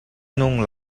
nung